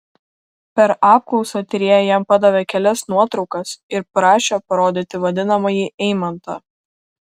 per apklausą tyrėja jam padavė kelias nuotraukas ir prašė parodyti vadinamąjį eimantą